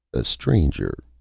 a stranger,